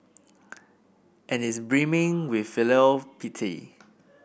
and is brimming with filial piety